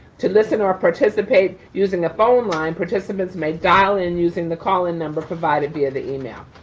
to listen to our participate. using the phone line, participants may dial in using the call in number provided via the email.